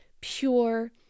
pure